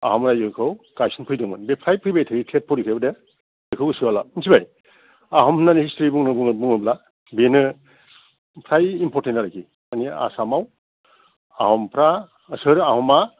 आहम राइजोखौ गायसनफैदोंमोन बे फ्राय फैबाय थायो टेट फरिखायाव दे बेखौ गोसोयाव ला मोनथिबाय आहम होन्नानै हिसट्रि होन्नानै बुङो बुङो बुङोब्ला बेनो फ्राय इमपर्टेन्ट आरोखि दानिया आसामाव आहमफ्रा सोर आहमा